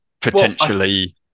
potentially